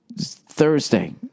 Thursday